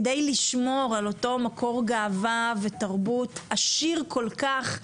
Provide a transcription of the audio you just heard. כדי לשמור על אותו מקור גאווה ותרבות עשיר כל כך,